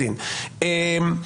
כדין,